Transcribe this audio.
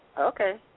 okay